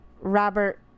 Robert